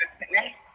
equipment